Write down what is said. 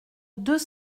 deux